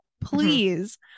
please